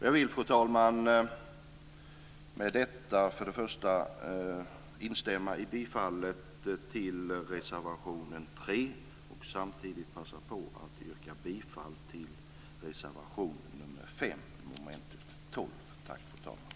Jag vill, fru talman, med detta instämma i bifallet till reservation nr 3 och samtidigt yrka bifall till reservation nr 5 under mom. 12. Tack, fru talman!